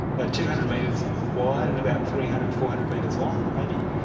but two hundred metres wide and about three hundred, four hundred metres long maybe,